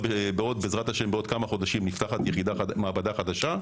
ובעזרת השם בעוד כמה חודשים נפתחת מעבדה חדשה בשיבא,